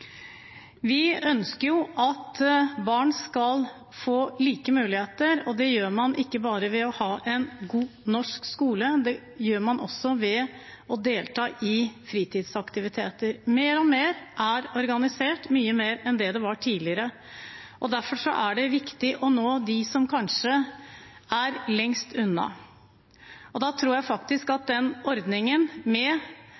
Vi ønsker at barn skal få like muligheter, og det får man ikke bare ved å ha en god norsk skole, det får man også ved å ha mulighet til å delta i fritidsaktiviteter. Mer og mer er organisert, mye mer enn det det var tidligere. Derfor er det viktig å nå dem som kanskje er lengst unna. Da tror jeg